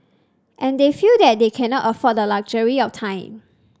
and they feel that they cannot afford the luxury of time